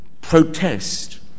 protest